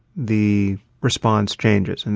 the response changes. and